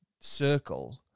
circle –